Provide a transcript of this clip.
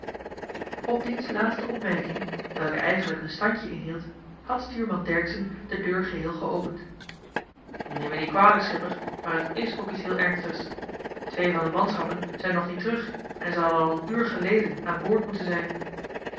op diens laatste opmerking welke eigenlijk een standje inhield had stuurman dercksen de deur geheel geopend neem me niet kwalijk schipper maar t is ook iets heel ernstigs twee van de manschappen zijn nog niet terug en ze hadden al een uur geleden aan boord moeten zijn